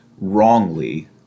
wrongly